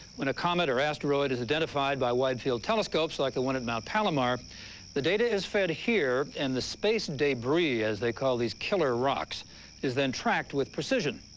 when a comet or asteroid is identified by wide-field telescopes like the one at mount palomar the data is fed here, and the space debris as they call these killer rocks is then tracked with precision.